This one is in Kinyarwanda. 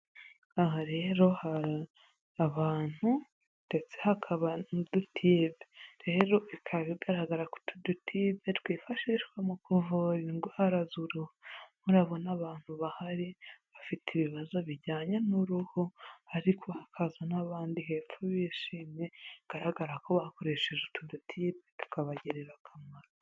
Aha rero abantu ndetse hakaba n'udu tube, rero bikaba bigaragara ko udu tube twifashishwa mu kuvura indwara z'uruhu. Murabona abantu bahari bafite ibibazo bijyanye n'uruhu, ariko hakaza n'abandi hepfo bishimye bigaragara ko bakoresheje utu dutube tukabagirira akamaro.